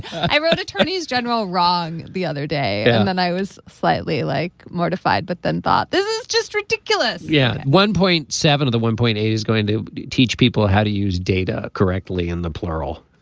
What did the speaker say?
i wrote attorneys general wrong the other day and then i was slightly like mortified but then thought this is just ridiculous yeah. one point seven of the one point eight is going to teach people how to use data correctly in the plural